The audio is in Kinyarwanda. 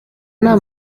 nta